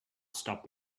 stop